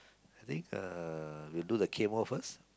I think uh we will do the chemo first